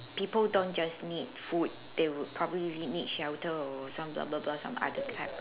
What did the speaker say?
people don't just need food they would probably need shelter or some blah blah blah some other kind